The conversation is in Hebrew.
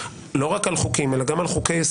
לא רק על חוקים אלא גם על חוקי-יסוד,